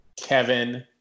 Kevin